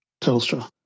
Telstra